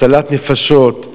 הצלת נפשות.